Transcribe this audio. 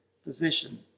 position